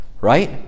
Right